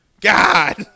God